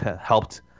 helped